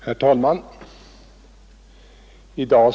Herr talman!